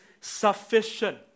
sufficient